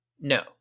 No